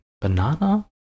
Banana